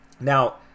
Now